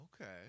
Okay